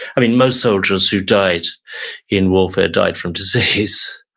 i mean, most soldiers who died in warfare died from disease.